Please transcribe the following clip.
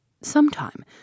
Sometime